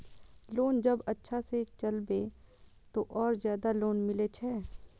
Loan जब अच्छा से चलेबे तो और ज्यादा लोन मिले छै?